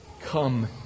Come